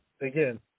again